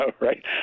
Right